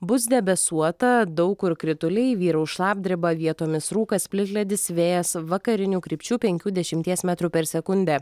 bus debesuota daug kur krituliai vyraus šlapdriba vietomis rūkas plikledis vėjas vakarinių krypčių penkių dešimties metrų per sekundę